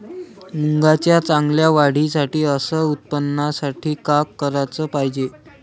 मुंगाच्या चांगल्या वाढीसाठी अस उत्पन्नासाठी का कराच पायजे?